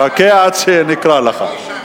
חכה עד שנקרא לך.